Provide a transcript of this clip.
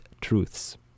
Truths